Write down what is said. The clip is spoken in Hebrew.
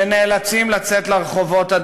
שנאלצים לצאת לרחובות,